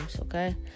okay